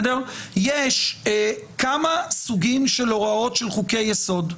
יש כמה סוגים של הוראות של חוקי יסוד,